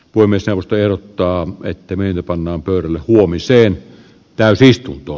voimisteluteiltaan petti meidät pannaan pöydälle huomiseen täysi istuntoa